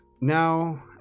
now